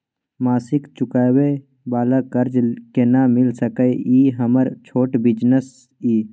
मासिक चुकाबै वाला कर्ज केना मिल सकै इ हमर छोट बिजनेस इ?